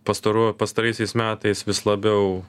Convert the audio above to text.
pastarųjų pastaraisiais metais vis labiau